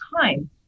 time